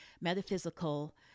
metaphysical